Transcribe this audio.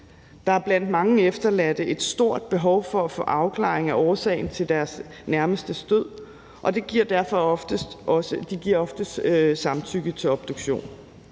Der er blandt mange efterladte et stort behov for at få afklaring af årsagen til deres nærmestes død, og de giver oftest samtykke til en obduktion.